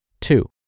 Two